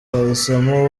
twahisemo